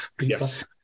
yes